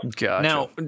Now